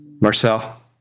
marcel